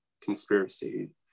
conspiracy